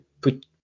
put